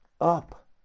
up